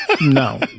no